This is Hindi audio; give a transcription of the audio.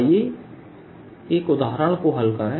आइए एक उदाहरण को हल करें